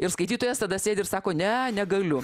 ir skaitytojas tada sėdi ir sako ne negaliu